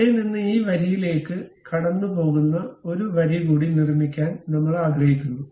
അവിടെ നിന്ന് ഈ വരിയിലേക്ക് കടന്നുപോകുന്ന ഒരു വരി കൂടി നിർമ്മിക്കാൻ നമ്മൾ ആഗ്രഹിക്കുന്നു